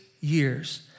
years